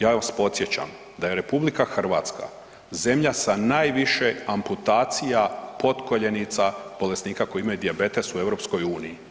Ja vas podsjećam da je RH zemlja sa najviše amputacija potkoljenica bolesnika koji imaju dijabetes u EU-u.